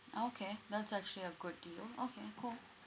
okay that's actually a good deal okay cool